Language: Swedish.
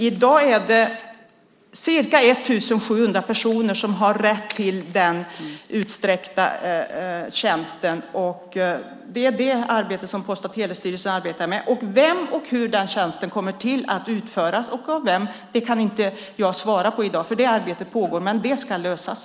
I dag är det ca 1 700 personer som har rätt till utsträckt lantbrevbärarservice, och det är detta som Post och telestyrelsen just nu arbetar med. Av vem och hur den tjänsten kommer att utföras kan jag inte svara på i dag. Det arbetet pågår, men det ska lösas.